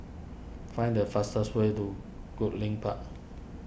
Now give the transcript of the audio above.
find the fastest way to Goodlink Park